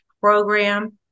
program